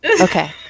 okay